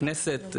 בכנסת,